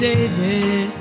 David